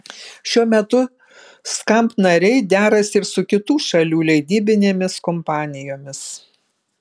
šiuo metu skamp nariai derasi ir su kitų šalių leidybinėmis kompanijomis